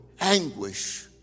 anguish